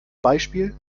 beispiel